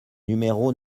numéro